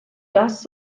das